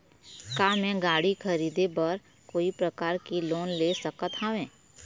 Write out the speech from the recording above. का मैं गाड़ी खरीदे बर कोई प्रकार के लोन ले सकत हावे?